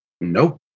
Nope